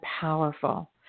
powerful